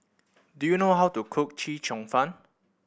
do you know how to cook Chee Cheong Fun